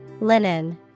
Linen